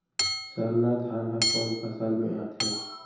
सरना धान ह कोन फसल में आथे?